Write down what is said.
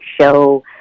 show